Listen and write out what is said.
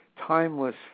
Timeless